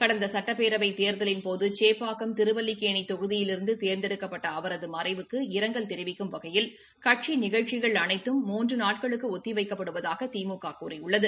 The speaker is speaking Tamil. கடந்த சட்டப்பேரவை தேர்தலின்போது சேப்பாக்கம் திருவல்லிக்கேணி தொகுதியிலிருந்து தேர்ந்தெடுக்கப்பட்ட அவரது மறைவுக்கு இரங்கல் தெரிவிக்கும் வகையில் கட்சி நிகழ்ச்சிகள் அனைத்தும் மூன்று நாட்களுக்கு ஒத்தி வைக்கப்படுவதாக திமுக கூறியுள்ளது